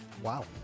Wow